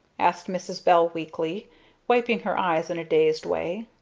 asked mrs. bell weakly wiping her eyes in a dazed way.